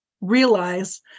realize